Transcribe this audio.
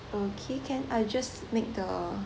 okay can I just make the